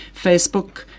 Facebook